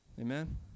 Amen